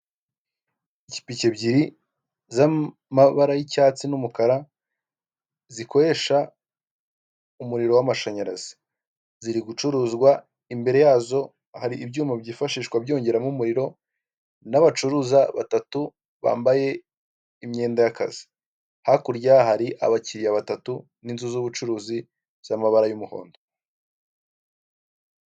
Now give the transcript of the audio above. Ikipiki ebyiri z'amabara y'icyatsi n'umukara zikoresha umuriro w'amashanyarazi, ziri gucuruzwa imbere yazo hari ibyuma byifashishwa byongeramo umuriro n'abacuruza batatu bambaye imyenda y'akazi, hakurya hari abakiriya batatu n'inzu z'ubucuruzi z'amabara y'umuhondo.